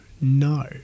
No